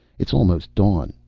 it's almost dawn.